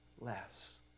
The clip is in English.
less